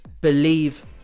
believe